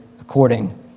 according